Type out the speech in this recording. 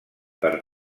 per